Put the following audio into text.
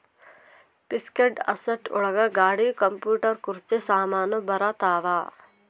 fixed asset ಒಳಗ ಗಾಡಿ computer ಕುರ್ಚಿ ಸಾಮಾನು ಬರತಾವ